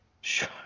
Sure